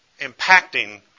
impacting